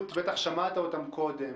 בטח שמעת את משרד הבריאות קודם.